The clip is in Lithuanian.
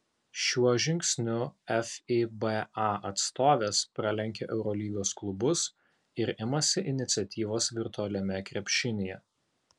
šiuo žingsniu fiba atstovės pralenkia eurolygos klubus ir imasi iniciatyvos virtualiame krepšinyje